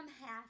half